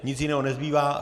Nic jiného nezbývá.